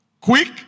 quick